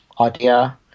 idea